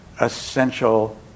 essential